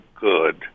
good